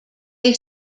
they